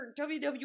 WWE